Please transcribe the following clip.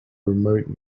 remote